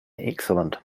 excellent